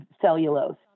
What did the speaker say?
cellulose